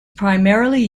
primarily